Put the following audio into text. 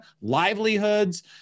livelihoods